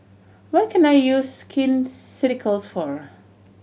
what can I use Skin Ceuticals for